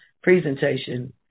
presentation